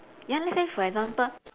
ya let's say for example